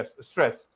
stress